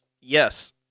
yes